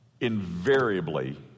invariably